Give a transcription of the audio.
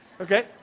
okay